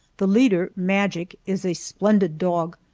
the leader. magic, is a splendid dog,